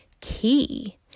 key